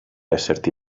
esserti